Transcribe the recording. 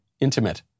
intimate